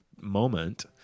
moment